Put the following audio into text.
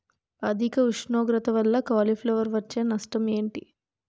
అధిక ఉష్ణోగ్రత వల్ల కాలీఫ్లవర్ వచ్చే నష్టం ఏంటి?